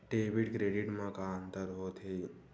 Debit credit मा का अंतर होत हे?